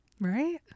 Right